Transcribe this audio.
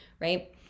right